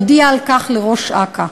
יודיע על כך לראש אכ"א.